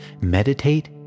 Meditate